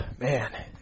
Man